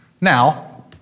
Now